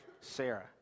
Sarah